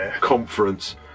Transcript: conference